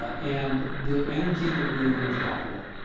and the energy in the room was palpable.